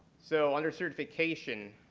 so under certification